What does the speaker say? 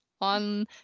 on